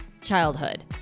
childhood